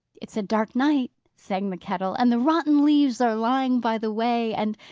it's a dark night, sang the kettle, and the rotten leaves are lying by the way and,